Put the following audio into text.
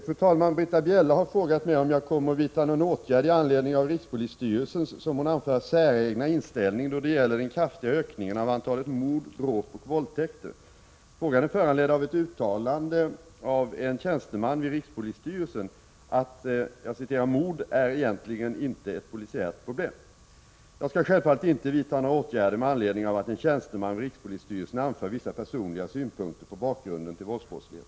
Fru talman! Britta Bjelle har frågat mig om jag kommer att vidta någon åtgärd i anledning av rikspolisstyrelsens, som hon anför, ”säregna inställning då det gäller den kraftiga ökningen av antalet mord, dråp och våldtäkter”. Frågan är föranledd av ett uttalande av en tjänsteman vid rikspolisstyrelsen om att ”mord är egentligen inte ett polisiärt problem”. Jag skall självfallet inte vidta några åtgärder med anledning av att en tjänsteman vid rikspolisstyrelsen anför vissa personliga synpunkter på bakgrunden till våldsbrottslighet.